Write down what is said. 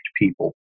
people